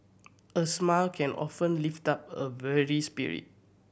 a smile can often lift up a weary spirit